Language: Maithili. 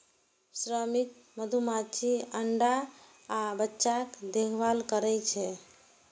श्रमिक मधुमाछी अंडा आ बच्चाक देखभाल करै छै